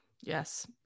yes